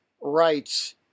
rights